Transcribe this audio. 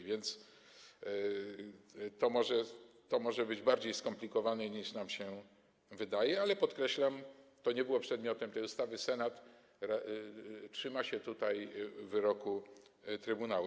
A więc to może być bardziej skomplikowane, niż nam się wydaje, ale podkreślam, że to nie było przedmiotem tej ustawy, a Senat trzyma się tutaj wyroku trybunału.